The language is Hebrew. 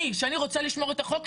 כשאני רוצה לשמור את החוק,